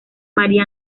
maría